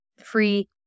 free